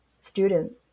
student